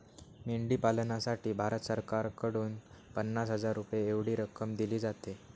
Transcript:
मेंढी पालनासाठी भारत सरकारकडून पन्नास हजार रुपये एवढी रक्कम दिली जाते